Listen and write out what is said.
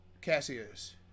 cassius